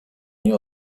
nie